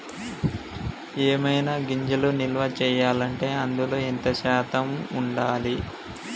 ఏవైనా గింజలు నిల్వ చేయాలంటే అందులో ఎంత శాతం ఉండాలి?